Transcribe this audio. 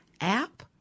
app